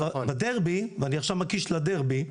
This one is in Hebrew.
אני עכשיו מקיש לדרבי.